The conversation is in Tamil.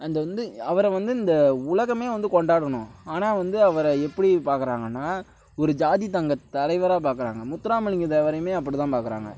அது வந்து அவரை வந்து இந்த உலகம் வந்து கொண்டாடணும் ஆனால் வந்து அவரை எப்படி பாக்கிறாங்கன்னா ஒரு ஜாதி சங்க தலைவராக பாக்கிறாங்க முத்துராமலிங்க தேவரையும் அப்படித்தான் பாக்கிறாங்க